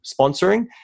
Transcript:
sponsoring